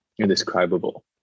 indescribable